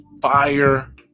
fire